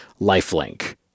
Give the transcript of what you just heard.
lifelink